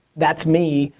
that's me,